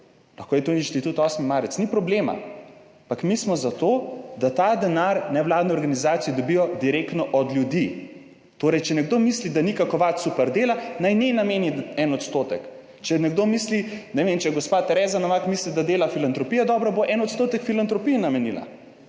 lahko je to Inštitut 8. Marec, ni problema, ampak mi smo za to, da ta denar nevladne organizacije dobijo direktno od ljudi. Torej, če nekdo misli, da Nika Kovač super dela, naj naj nameni en odstotek, če nekdo misli, ne vem, če je gospa Tereza Novak misli, da dela filantropijo dobro, bo 1 % filantropije namenila